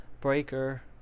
Breaker